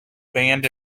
band